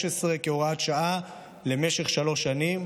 בשנת 2016 כהוראת שעה למשך שלוש שנים,